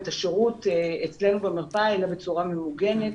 את השירות אצלנו במרפאה אלא בצורה ממוגנת.